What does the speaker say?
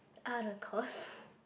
other course